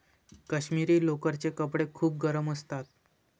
काश्मिरी लोकरचे कपडे खूप गरम असतात